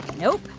nope.